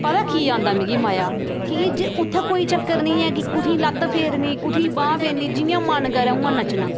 पता कीऽ आंदा मिगी मज़ा की उ'त्थें कोई चक्कर निं ऐ की कु'त्थें ई लत्त फेरनी कु'त्थें बांह् फेरनी जि'यां मन करै उ'आं नच्चना